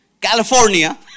California